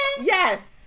Yes